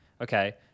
Okay